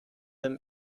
them